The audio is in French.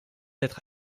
être